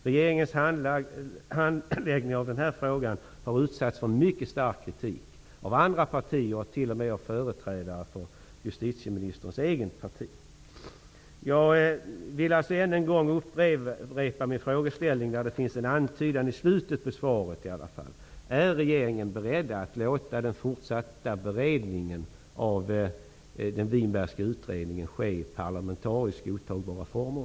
Regeringens handläggning av den här frågan har utsatts för mycket stark kritik av andra partier och t.o.m. av företrädare för justitieministerns eget parti. Jag vill än en gång upprepa min frågeställning -- det finns en antydan till svar i slutet av frågesvaret i alla fall. Är regeringen beredd att låta den fortsatta beredningen av den Winbergska utredningen ske i parlamentariskt godtagbara former?